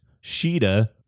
Sheeta